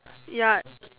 ya